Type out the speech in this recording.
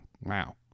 Wow